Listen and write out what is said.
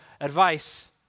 advice